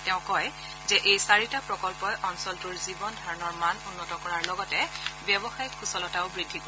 তেওঁ কয় যে এই চাৰিটা প্ৰকল্পই অঞ্চলটোৰ জীৱনধাৰণৰ মান উন্নত কৰাৰ লগতে ব্যৱসায়ীক সুচলতাও বৃদ্ধি কৰিব